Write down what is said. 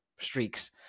streaks